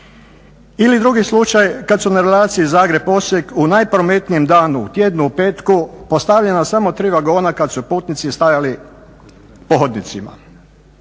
Ili drugi slučaj kad su na relaciji Zagreb-Osijek u najprometnijem danu u tjednu, petku postavljena samo 3 vagona kad su putnici stajali po hodnicima.